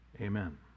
amen